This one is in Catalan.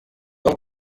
del